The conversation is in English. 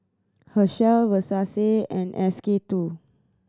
Herschel Versace and S K Two